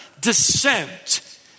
descent